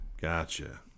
Gotcha